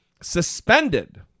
suspended